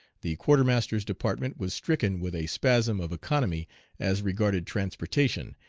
the quartermaster's department was stricken with a spasm of economy as regarded transportation,